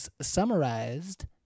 summarized